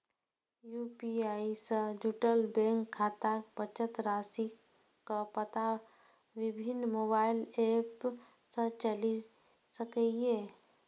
UPI सं जुड़ल bank खाताक बचत राशिक पता विभिन्न मोबाइल एप सं चलि सकैए